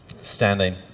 standing